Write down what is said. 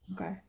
Okay